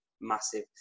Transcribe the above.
massive